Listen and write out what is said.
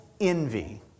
envy